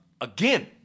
again